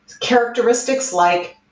characteristics like,